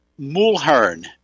Mulhern